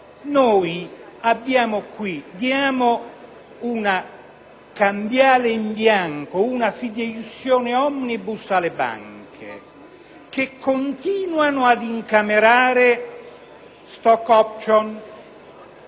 si dà una cambiale in bianco, una fideiussione *omnibus* alle banche che continuano ad incamerare *stock* *options*.